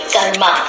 Karma